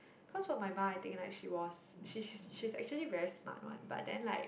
cause for my ma I think like she was she she's actually very smart one but then like